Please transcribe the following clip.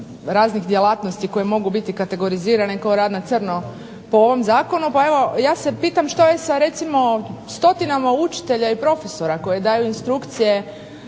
raznih djelatnosti koje mogu biti kategorizirane kao rad na crno po ovom zakonu. Pa ja se pitam što je sa recimo stotinama učitelja i profesora koji daju instrukcije